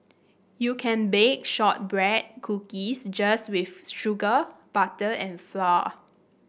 you can bake shortbread cookies just with sugar butter and flour